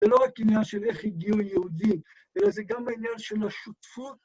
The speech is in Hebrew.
זה לא רק עניין של איך הגיעו יהודים, אלא זה גם העניין של השותפות.